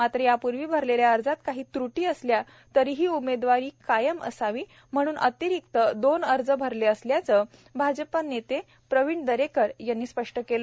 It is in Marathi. मात्र यापूर्वी भरलेल्या अर्जात काही त्र्टी असल्या तरीही उमेदवारी कायम असावी म्हणून अतिरिक्त दोन अर्ज भरले असल्याचं भाजप नेते प्रवीण दरेकर यांनी स्पष्ट केलं